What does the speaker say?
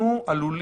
מתי אנחנו עוסקים